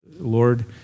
Lord